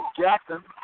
Jackson